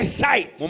sight